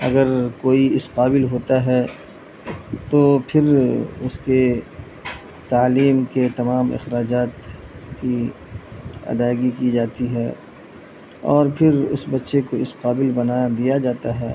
اگر کوئی اس قابل ہوتا ہے تو پھر اس کے تعلیم کے تمام اخراجات کی ادائیگی کی جاتی ہے اور پھر اس بچے کو اس قابل بنا دیا جاتا ہے